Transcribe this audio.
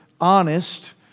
honest